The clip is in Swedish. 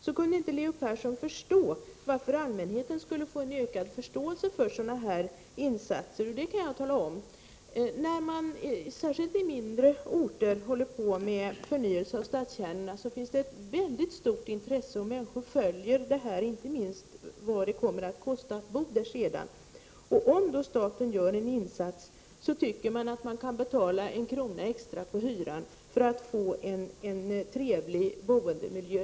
Leo Persson kunde inte förstå hur allmänheten skulle få en ökad förståelse för sådana här insatser. Det kan jag tala om. När man, särskilt i mindre orter, arbetar med förnyelse av stadskärnorna finns ett mycket stort intresse. Människor följer detta arbete, och inte minst är man intresserad av vad det kommer att kosta att bo där. Om staten gör en insats tycker människor att de kan betala en krona extra på hyran för att få en trevlig boendemiljö.